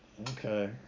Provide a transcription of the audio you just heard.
Okay